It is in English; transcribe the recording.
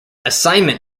assignment